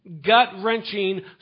Gut-wrenching